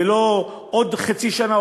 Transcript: ולא עוד חצי שנה,